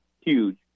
huge